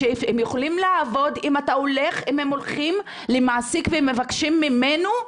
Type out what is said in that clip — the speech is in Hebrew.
שהם יכולים לעבוד אם הם הולכים למעסיק ומבקשים ממנו,